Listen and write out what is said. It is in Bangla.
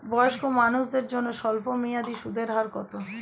বয়স্ক মানুষদের জন্য স্বল্প মেয়াদে সুদের হার কত?